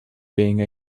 being